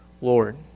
Lord